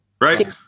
right